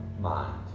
mind